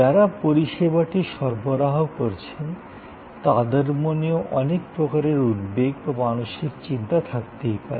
যারা পরিষেবাটি সরবরাহ করছেন তাদের মনেও অনেক প্রকারের উদ্বেগ বা মানসিক চিন্তা থাকতেই পারে